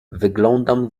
wyglądam